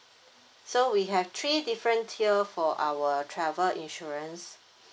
so we have three different tier for our travel insurance